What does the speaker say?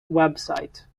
website